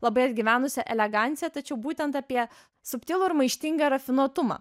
labai atgyvenusią eleganciją tačiau būtent apie subtilų ir maištingą rafinuotumą